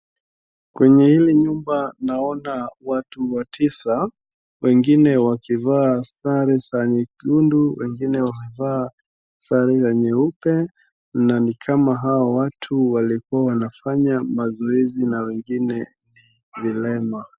Kwenye hili nyumba naona watu watisa, wengine wakivaa sare za nyekundu, wengine wakivaa sare za nyeupe na ni kama hawa watu walikuwa wanafanya mazoezi na wengine vilema.